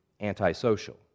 antisocial